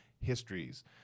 histories